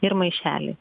ir maišelį